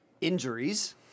injuries